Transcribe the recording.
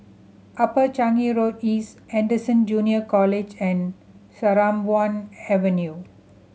Upper Changi Road East Anderson Junior College and Sarimbun Avenue